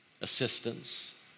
assistance